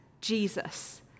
Jesus